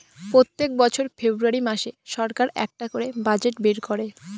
প্রত্যেক বছর ফেব্রুয়ারী মাসে সরকার একটা করে বাজেট বের করে